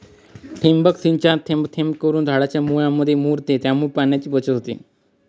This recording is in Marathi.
ठिबक सिंचनामध्ये पाणी थेंब थेंब करून झाडाच्या मुळांमध्ये मुरते, त्यामुळे पाण्याची बचत होते